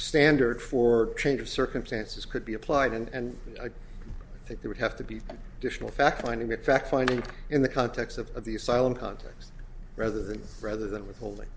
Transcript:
standard for change of circumstances could be applied and i think they would have to be fact finding that fact finding in the context of the asylum context rather than rather than withholding